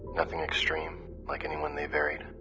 inothing extreme. like anyone, they varied.